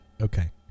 Okay